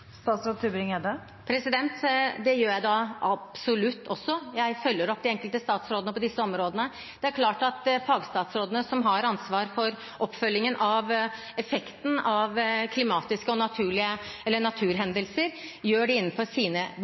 Det gjør jeg da absolutt. Jeg følger opp de enkelte statsrådene på disse områdene. Fagstatsrådene som har ansvar for oppfølgingen av effekten av klima- og naturhendelser, gjør det innenfor sine